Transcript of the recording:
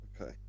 Okay